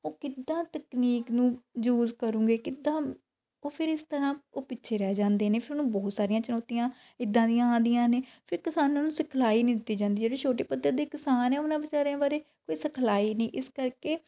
ਉਹ ਕਿੱਦਾਂ ਤਕਨੀਕ ਨੂੰ ਯੂਜ ਕਰੂੰਗੇ ਕਿੱਦਾਂ ਉਹ ਫਿਰ ਇਸ ਤਰਾਂ ਉਹ ਪਿੱਛੇ ਰਹਿ ਜਾਂਦੇ ਨੇ ਫਿਰ ਉਨਾਂ ਨੂੰ ਬਹੁਤ ਸਾਰੀਆਂ ਚੁਣੌਤੀਆਂ ਇੱਦਾਂ ਦੀਆਂ ਆਉਂਦੀਆਂ ਨੇ ਫਿਰ ਕਿਸਾਨਾਂ ਨੂੰ ਸਿਖਲਾਈ ਨਹੀਂ ਦਿੱਤੀ ਜਾਂਦੀ ਜਿਹੜੇ ਛੋਟੇ ਪੱਧਰ 'ਤੇ ਕਿਸਾਨ ਹੈ ਉਨ੍ਹਾਂ ਵਿਚਾਰਿਆਂ ਬਾਰੇ ਕੋਈ ਸਿਖਲਾਈ ਨਹੀਂ ਇਸ ਕਰਕੇ